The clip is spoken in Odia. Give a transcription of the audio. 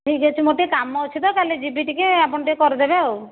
ଠିକ୍ ଅଛି ମୋର ଟିକିଏ କାମ ଅଛି ତ କାଲି ଯିବି ଟିକିଏ ଆପଣ ଟିକିଏ କରିଦେବେ ଆଉ